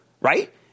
Right